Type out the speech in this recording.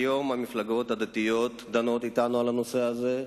היום המפלגות הדתיות דנות אתנו על הנושא הזה,